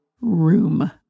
room